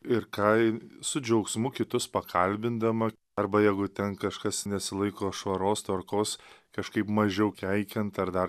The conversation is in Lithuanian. ir kai su džiaugsmu kitus pakalbindama arba jeigu ten kažkas nesilaiko švaros tvarkos kažkaip mažiau keikiant ar dar